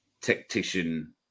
tactician